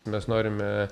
mes norime